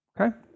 Okay